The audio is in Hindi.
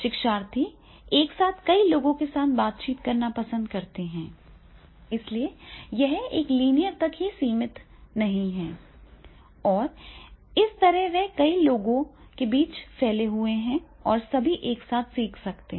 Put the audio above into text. शिक्षार्थी एक साथ कई लोगों के साथ बातचीत करना पसंद करते हैं इसलिए यह एक लीनियर तक ही सीमित नहीं है और इस तरह वे कई लोगों के बीच फैले हुए हैं और सभी एक साथ सीख सकते हैं